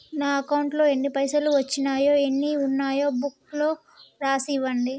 నా అకౌంట్లో ఎన్ని పైసలు వచ్చినాయో ఎన్ని ఉన్నాయో బుక్ లో రాసి ఇవ్వండి?